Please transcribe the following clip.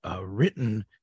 written